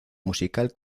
musical